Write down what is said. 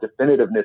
definitiveness